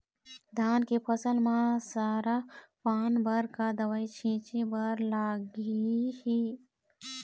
धान के फसल म सरा पान बर का दवई छीचे बर लागिही?